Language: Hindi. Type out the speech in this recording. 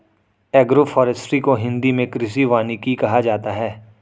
एग्रोफोरेस्ट्री को हिंदी मे कृषि वानिकी कहा जाता है